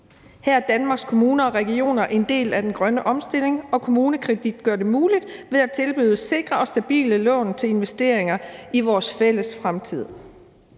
Her er Danmarks kommuner og regioner en del af den grønne omstilling, og KommuneKredit gør det muligt ved at tilbyde sikre og stabile lån til investeringer i vores fælles fremtid.